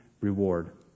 reward